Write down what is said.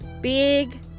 big